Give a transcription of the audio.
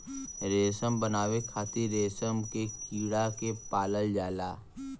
रेशम बनावे खातिर रेशम के कीड़ा के पालल जाला